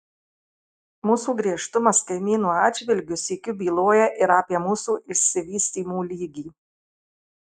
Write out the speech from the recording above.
mūsų griežtumas kaimynų atžvilgiu sykiu byloja ir apie mūsų išsivystymo lygį